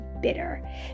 bitter